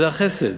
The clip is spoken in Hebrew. זה החסד.